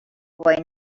boy